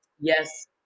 Yes